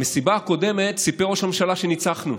במסיבה הקודמת סיפר ראש הממשלה שניצחנו.